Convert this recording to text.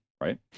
right